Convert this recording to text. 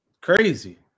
Crazy